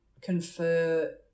confer